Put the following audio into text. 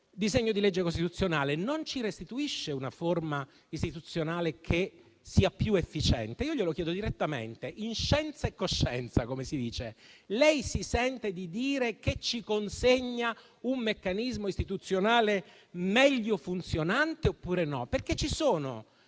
disegno di legge costituzionale non ci restituisce una forma istituzionale che sia più efficiente. Io glielo chiedo direttamente: in scienza e coscienza - come si dice - lei si sente di dire che ci consegna un meccanismo istituzionale meglio funzionante oppure no? In questo